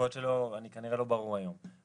אני כנראה לא ברור היום.